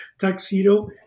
tuxedo